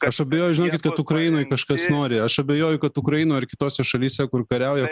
aš abejoju žinokit kad ukrainoj kažkas nori aš abejoju kad ukrainoj ar kitose šalyse kur kariauja